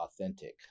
authentic